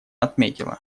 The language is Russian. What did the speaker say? отметила